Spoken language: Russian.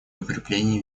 укреплении